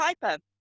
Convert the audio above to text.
piper